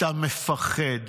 אתה מפחד,